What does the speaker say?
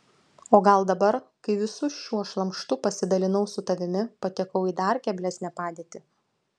o gal dabar kai visu šiuo šlamštu pasidalinau su tavimi patekau į dar keblesnę padėtį